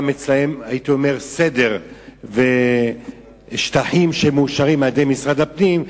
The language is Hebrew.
אצלם סדר ושטחים שמאושרים על-ידי משרד הפנים,